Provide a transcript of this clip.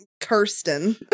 Kirsten